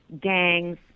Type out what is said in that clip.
gangs